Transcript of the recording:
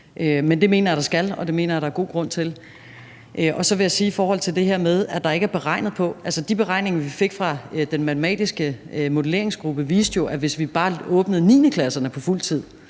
Men det mener jeg der skal, og det mener jeg at der er god grund til. Så vil jeg sige i forhold til det her med, at der ikke er beregninger, at de beregninger, vi fik fra ekspertgruppen for matematisk modellering, jo viste, at hvis vi bare åbnede 9.-klasserne på fuld tid,